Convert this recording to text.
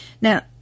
Now